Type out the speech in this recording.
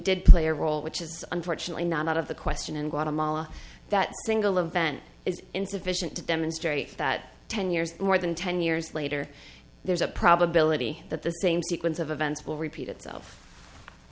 did play a role which is unfortunately not out of the question in guatemala that single event is insufficient to demonstrate that ten years more than ten years later there's a probability that the same sequence of events will repeat itself